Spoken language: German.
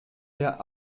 der